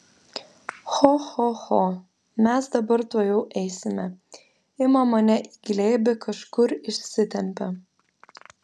cho cho cho mes dabar tuojau eisime ima mane į glėbį kažkur išsitempia